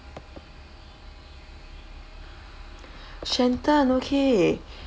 shenton okay